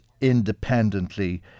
independently